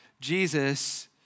Jesus